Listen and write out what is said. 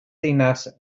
ddinas